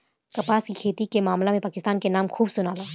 कपास के खेती के मामला में पाकिस्तान के नाम खूबे सुनाला